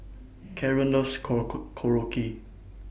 Karan loves Korokke